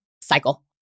cycle